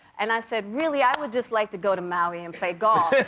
and i said really, i would just like to go to maui and play golf. i